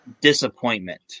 disappointment